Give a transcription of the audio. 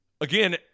again